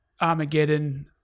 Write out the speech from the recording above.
Armageddon